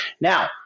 Now